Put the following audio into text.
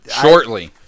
Shortly